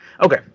Okay